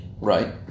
Right